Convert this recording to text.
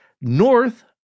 North